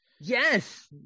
Yes